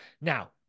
Now